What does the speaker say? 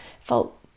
felt